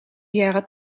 jaren